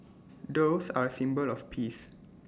doves are A symbol of peace